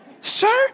Sir